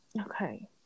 Okay